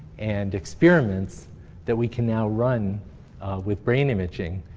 and experiments that we can now run with brain imaging.